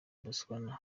botswana